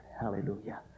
Hallelujah